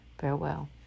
farewell